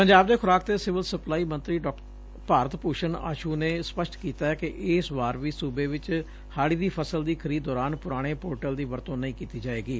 ਪੰਜਾਬ ਦੇ ਖੁਰਾਕ ਤੇ ਸਿਵਲ ਸਪਲਾਈ ਮੰਤਰੀ ਭਾਰਤ ਭੁਸ਼ਣ ਆਸੁ ਨੇ ਸਪਸ਼ਟ ਕੀਤੈ ਕਿ ਇਸ ਵਾਰ ਵੀ ਸੁਬੇ ਵਿਚ ਹਾਡੀ ਦੀ ਫਸਲ ਦੀ ਖਰੀਦ ਦੌਰਾਨ ਪੁਰਾਣੇ ਪੋਰਟਲ ਦੀ ਵਰਤੋਂ ਨਹੀਂ ਕੀਤੀ ਜਾਏਗੀ